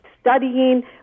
studying